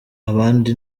abandi